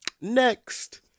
Next